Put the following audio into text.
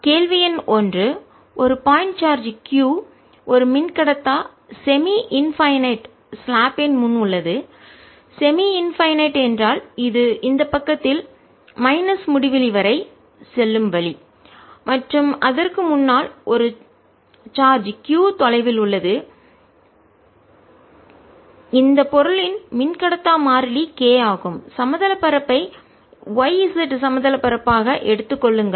எனவே கேள்வி எண் 1 ஒரு பாயிண்ட் சார்ஜ் q ஒரு மின்கடத்தா செமி இன்பைன்நெட்பாதி எல்லையற்ற ஸ்லாப்பின் முன் உள்ளது செமி இன்பைன்நெட்பாதி எல்லையற்ற என்றால் இது இந்த பக்கத்தில் மைனஸ் முடிவிலி வரை செல்லும் வழி மற்றும் அதற்கு முன்னால் ஒரு சார்ஜ் q தொலைவில் உள்ளது இந்த பொருளின் மின்கடத்தா மாறிலி k ஆகும் சமதள பரப்பு ஐ தட்டையான பரப்புy z சமதள பரப்பு ஆக தட்டையான பரப்பு எடுத்துக் கொள்ளுங்கள்